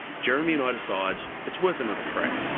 jeremy and i decide it's worth another crack.